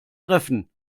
treffen